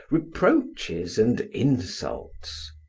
reproaches, and insults.